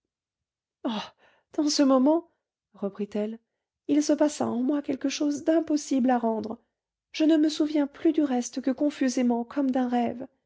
dans ce moment reprit-elle il se passa en moi quelque chose d'impossible à rendre je ne me souviens plus du reste que confusément comme d'un rêve